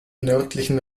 nördlichen